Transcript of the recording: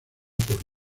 por